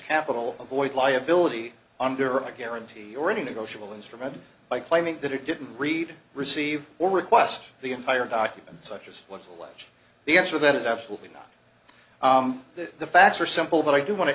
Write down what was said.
capital avoid liability under a guarantee already to go she will instrument by claiming that it didn't read received or were qwest the entire document such as what's alleged the answer that is absolutely not that the facts are simple but i do want to